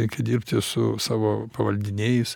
reikia dirbti su savo pavaldiniais